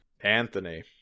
Anthony